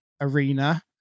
arena